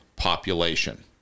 Population